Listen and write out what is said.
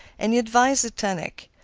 and he advised a tonic.